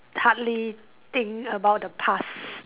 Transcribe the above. hardly think about the past